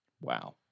Wow